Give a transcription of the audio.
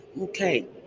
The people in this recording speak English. okay